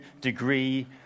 degree